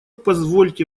позвольте